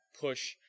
push